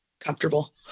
comfortable